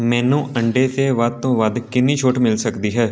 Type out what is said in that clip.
ਮੈਨੂੰ ਅੰਡੇ 'ਤੇ ਵੱਧ ਤੋਂ ਵੱਧ ਕਿੰਨੀ ਛੋਟ ਮਿਲ ਸਕਦੀ ਹੈ